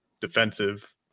defensive